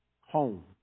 home